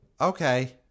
Okay